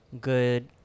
Good